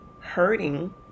hurting